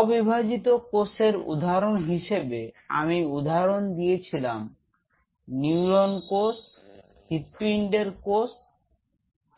অবিভাজিত কোষের উদাহরণ হিসেবে আমি উদাহরণ দিয়েছিলাম নিউরন কোষ হৃদপিন্ডের কোষ